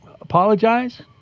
apologize